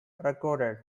recorded